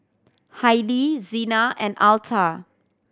Hailie Xena and Altha